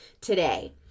today